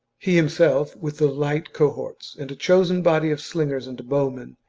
he himself, with the light cohorts, and a chosen body of slingers and bowmen,